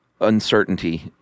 uncertainty